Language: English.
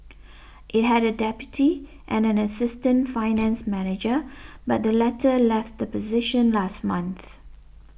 it had a deputy and an assistant finance manager but the latter left the position last month